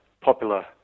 popular